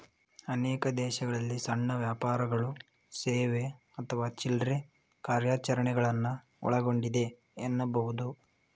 ಅನೇಕ ದೇಶಗಳಲ್ಲಿ ಸಣ್ಣ ವ್ಯಾಪಾರಗಳು ಸೇವೆ ಅಥವಾ ಚಿಲ್ರೆ ಕಾರ್ಯಾಚರಣೆಗಳನ್ನ ಒಳಗೊಂಡಿದೆ ಎನ್ನಬಹುದು